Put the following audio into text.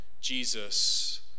Jesus